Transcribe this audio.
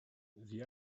the